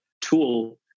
tool